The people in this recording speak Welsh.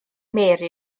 mary